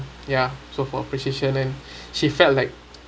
ya so for appreciation and she felt like